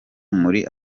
muri